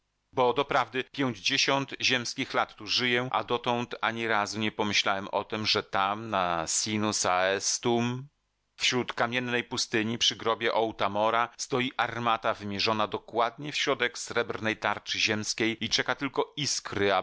ziemi bo doprawdy pięćdziesiąt ziemskich lat tu żyję a dotąd ani razu nie pomyślałem o tem że tam na sinus aestuum wśród kamiennej pustyni przy grobie otamora stoi armata wymierzona dokładnie w środek srebrnej tarczy ziemskiej i czeka tylko iskry